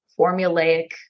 formulaic